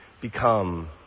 become